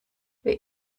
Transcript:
wer